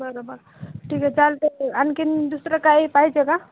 बरं बरं ठीक आहे चालत आणखीन दुसरं काय पाहिजे का